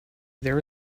there